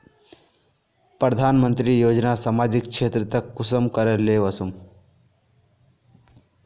प्रधानमंत्री योजना सामाजिक क्षेत्र तक कुंसम करे ले वसुम?